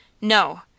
No